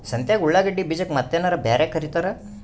ಸಂತ್ಯಾಗ ಉಳ್ಳಾಗಡ್ಡಿ ಬೀಜಕ್ಕ ಮತ್ತೇನರ ಬ್ಯಾರೆ ಕರಿತಾರ?